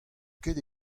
ket